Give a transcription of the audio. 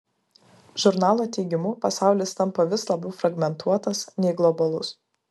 žurnalo teigimu pasaulis tampa vis labiau fragmentuotas nei globalus